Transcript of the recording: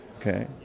Okay